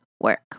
work